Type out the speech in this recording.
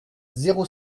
zéro